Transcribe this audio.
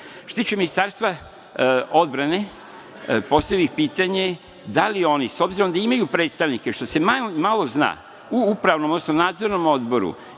tiče Ministarstva odbrane, postavio bih pitanje – da li oni, s obzirom da imaju predstavnike, što se malo zna, u Upravnom, odnosno Nadzornom odboru